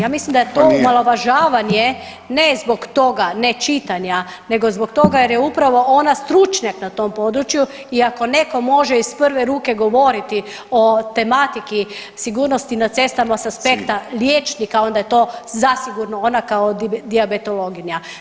Ja mislim da je to omalovažavanje ne zbog toga nečitanja, nego zbog toga jer je upravo ona stručnjak na tom području i ako netko može iz prve ruke govoriti o tematiki sigurnosti na cestama s aspekta liječnika, onda je to zasigurno ona kao dijabetologinja.